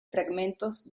fragmentos